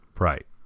Right